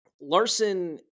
Larson